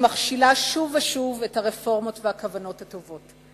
היא מכשילה שוב ושוב את הרפורמות והכוונות הטובות.